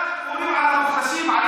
ככה אומרים על המוחלשים.